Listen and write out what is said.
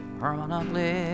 permanently